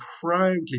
proudly